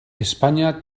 españa